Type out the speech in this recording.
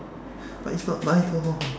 but it's not my door